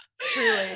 Truly